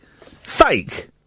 fake